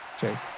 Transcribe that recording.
Cheers